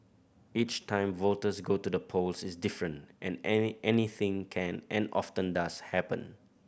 each time voters go to the polls is different and anything can and often does happen